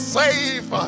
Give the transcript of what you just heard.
safe